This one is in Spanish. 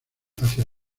hacia